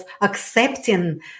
accepting